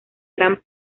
gran